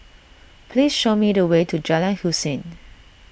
please show me the way to Jalan Hussein